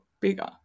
bigger